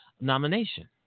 nomination